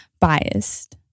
biased